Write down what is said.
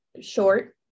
short